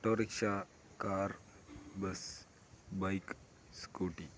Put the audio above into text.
autorickshaw car bus bike scooty